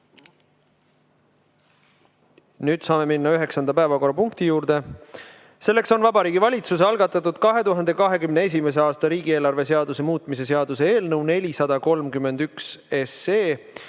Nüüd saame minna üheksanda päevakorrapunkti juurde. Vabariigi Valitsuse algatatud 2021. aasta riigieelarve seaduse muutmise seaduse eelnõu 431.